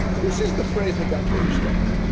this is the phrase that got twitter started.